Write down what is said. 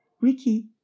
Ricky